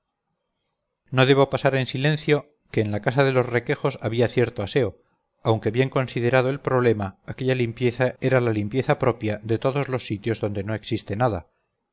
no debo pasar en silencio que en la casa de los requejos había cierto aseo aunque bien considerado el problema aquella limpieza era la limpieza propia de todos los sitios donde no existe nada